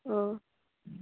अ